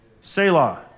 Selah